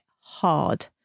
hard